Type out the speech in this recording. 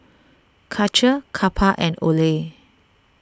Karcher Kappa and Olay